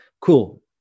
Cool